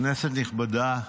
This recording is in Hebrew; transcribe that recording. כנסת נכבדה,